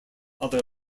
other